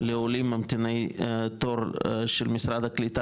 לעולים הממתינים לתור של משרד הקליטה